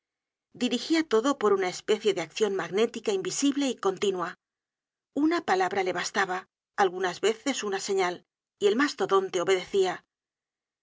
dirigía todo por una especie de accion magnética invisible y continua una palabra le bastaba algunas veces una señal y el mastodonte obedecia